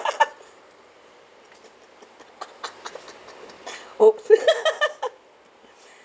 !oops!